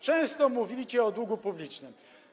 Często mówicie o długu publicznym.